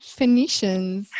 Phoenicians